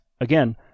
again